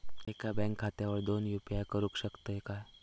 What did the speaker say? एका बँक खात्यावर दोन यू.पी.आय करुक शकतय काय?